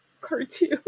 cartoon